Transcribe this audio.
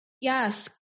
Yes